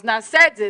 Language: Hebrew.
נעשה את זה.